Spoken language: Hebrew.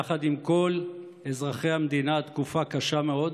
יחד עם כל אזרחי המדינה, תקופה קשה מאוד,